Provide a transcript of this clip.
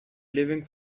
living